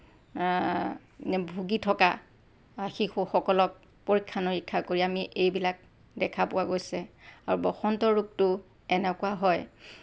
ভুগি থকা শিশুসকলক পৰীক্ষা নিৰীক্ষা কৰি আমি এইবিলাক দেখা পোৱা গৈছে আৰু বসন্ত ৰোগটো এনেকুৱা হয়